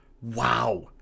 Wow